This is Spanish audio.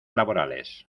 laborales